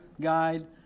guide